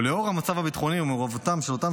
ובעקבות המצב הביטחוני ומעורבותם של אותם